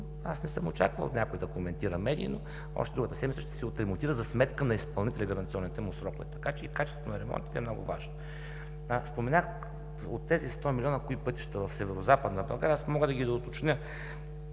аз не съм очаквал някой да коментира медийно. Още другата седмица пътят ще се отремонтира за сметка на изпълнителя и гаранционните му срокове. Така че и качеството на ремонтите е много важно. Споменах, от тези 100 милиона кои пътища в Северозападна България, аз мога да ги уточня: